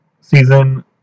Season